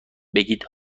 بگید